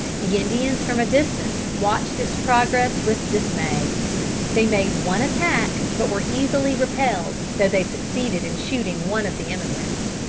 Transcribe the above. the indians from a distance watched its progress with dismay. they made one attack, but were easily repelled, though they succeeded in shooting one of the emigrants.